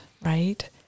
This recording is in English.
right